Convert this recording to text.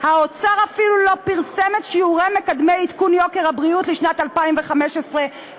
האוצר אפילו לא פרסם את שיעורי מקדמי עדכון יוקר הבריאות ל-2015 ו-2016.